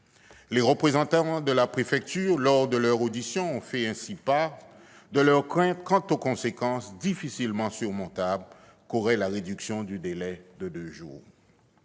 Les représentants de la préfecture, lors de leur audition, ont ainsi fait part de leurs craintes quant aux conséquences difficilement surmontables d'une réduction du délai à deux jours.